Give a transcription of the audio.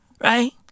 Right